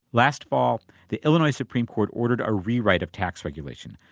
last fall, the illinois supreme court ordered a rewrite of tax regulation,